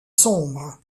sombres